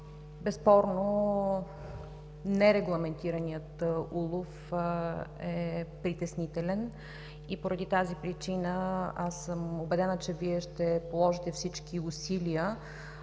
Безспорно нерегламентираният улов е притеснителен и поради тази причина аз съм убедена, че Вие ще положите всички усилия